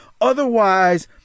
Otherwise